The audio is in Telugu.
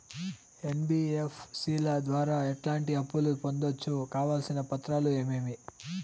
ఎన్.బి.ఎఫ్.సి ల ద్వారా ఎట్లాంటి అప్పులు పొందొచ్చు? కావాల్సిన పత్రాలు ఏమేమి?